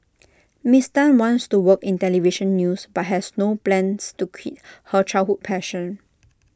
miss Tan wants to work in Television news but has no plans to quit her childhood passion